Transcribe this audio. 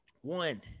One